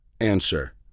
Answer